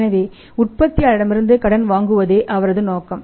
எனவே உற்பத்தியாளரிடமிருந்து கடன் வாங்குவதே அவரது நோக்கம்